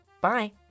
Bye